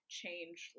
change